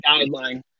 guideline